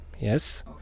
Yes